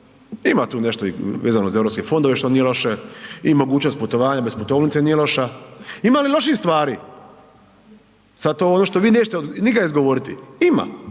ima tu nešto i vezano i za Europske fondove što nije loše i mogućnost putovanja bez putovnice nije loša. Ima li loših stvari? Sad je to ono što vi nećete nikad izgovoriti, ima,